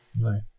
right